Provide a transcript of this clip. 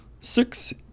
six